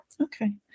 Okay